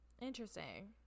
Interesting